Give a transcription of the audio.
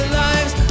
lives